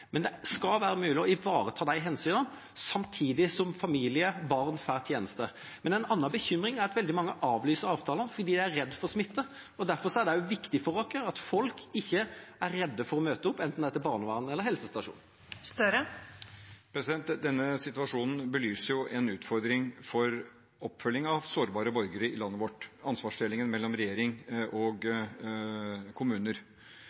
men det skal være mulig å ivareta de hensynene samtidig som familier og barn får tjenester. Men en annen bekymring er at veldig mange avlyser avtaler fordi de er redd for smitte. Derfor er det viktig for oss at folk ikke er redde for å møte opp, enten det er hos barnevernet eller på helsestasjonen. Jonas Gahr Støre – til oppfølgingsspørsmål. Denne situasjonen belyser en utfordring for oppfølging av sårbare borgere i landet vårt – ansvarsdelingen mellom regjering og kommuner.